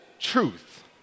truth